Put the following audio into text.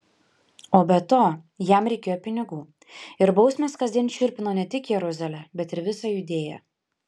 o be to jam reikėjo pinigų ir bausmės kasdien šiurpino ne tik jeruzalę bet ir visą judėją